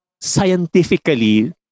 scientifically